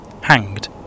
hanged